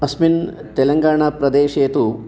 अस्मिन् तेलङ्गणा प्रदेशे तु